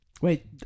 Wait